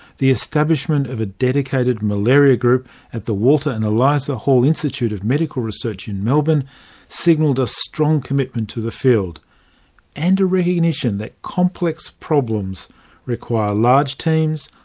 the establishment of a dedicated malaria group at the walter and eliza hall institute of medical research in melbourne signalled a strong commitment to the field and recognition that complex problems require large teams,